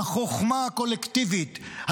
החוכמה הקולקטיבית,